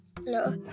No